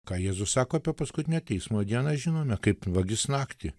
ką jėzus sako apie paskutinę teismo dieną žinome kaip vagis naktį